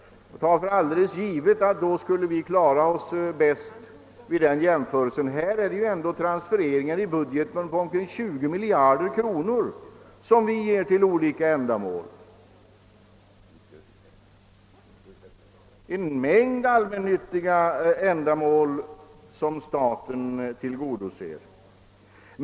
Jag tar för givet att vi vid en sådan jämförelse skulle klara oss bra. Vi har transfereringar i budgeten på omkring 20 miljarder kronor, som vi ger till olika ändamål — det är en mängd allmännyttiga ändamål som staten tillgodoser.